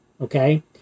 Okay